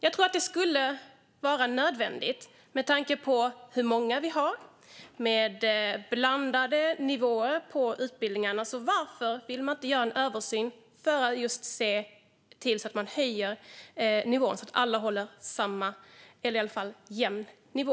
Jag tror att det vore nödvändigt med tanke på hur många vi har, med blandade nivåer på utbildningarna. Varför vill man inte göra en översyn för att se till att man höjer nivån så att alla håller samma, eller i alla fall jämn, nivå?